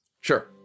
Sure